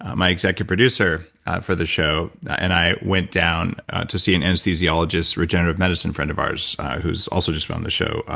my executive producer for the show and i went down to see an anesthesiologist regenerative medicine friends of ours whose also just been on the show.